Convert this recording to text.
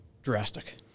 Drastic